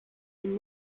den